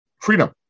freedom